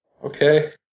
Okay